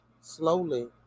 Slowly